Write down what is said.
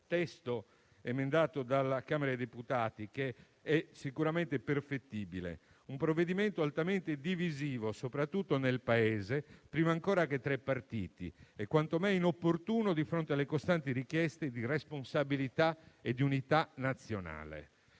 testo emendato dalla Camera dei deputati, che è sicuramente perfettibile. Si tratta di un provvedimento altamente divisivo soprattutto nel Paese, prima ancora che tra i partiti, e quanto mai inopportuno di fronte alle costanti richieste di responsabilità e di unità nazionale.